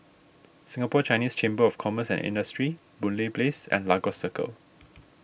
Singapore Chinese Chamber of Commerce and Industry Boon Lay Place and Lagos Circle